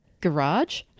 Garage